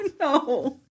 no